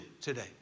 today